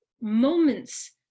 moments